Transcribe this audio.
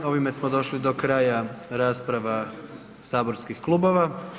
Ovime smo došli do kraja rasprava saborskih klubova.